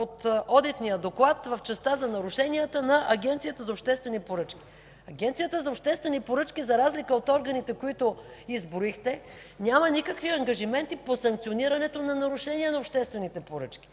одитния доклад в частта за нарушенията на Агенцията за обществени поръчки. Агенцията за обществени поръчки, за разлика от органите, които изброихте, няма никакви ангажименти по санкционирането на нарушения на обществените поръчки.